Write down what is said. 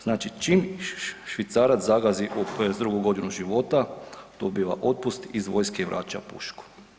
Znači čim Švicarac zagazi u 22. godinu života dobiva otpust iz vojska i vraća pušku.